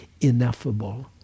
ineffable